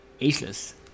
ageless